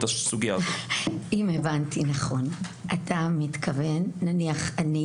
אם הבנתי נכון, אתה מתכוון, נניח שאני,